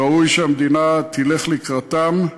וראוי שהמדינה תלך לקראתם,